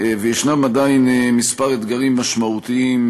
וישנם עדיין כמה אתגרים משמעותיים,